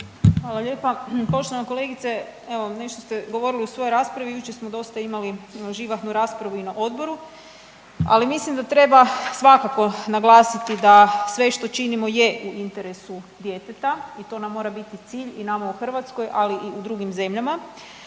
Hvala lijepa. Poštovana kolegice, evo nešto ste govorili u svojoj raspravi. Jučer smo dosta imali živahnu raspravu i na odboru, ali mislim da treba svakako naglasiti da sve što činimo je u interesu djeteta i to nam mora biti cilj i nama u Hrvatskoj, ali i u drugim zemljama.